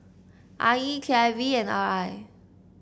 I E K I V and R I